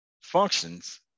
functions